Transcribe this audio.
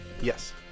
Yes